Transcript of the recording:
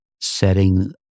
setting